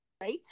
Right